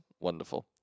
wonderful